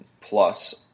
plus